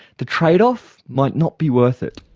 the trade-off might not be worth it.